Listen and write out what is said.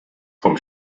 vom